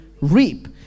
reap